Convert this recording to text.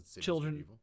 Children